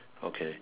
okay